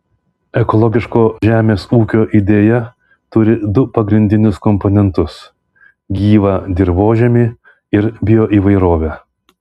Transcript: ekologiško žemės ūkio idėja turi du pagrindinius komponentus gyvą dirvožemį ir bioįvairovę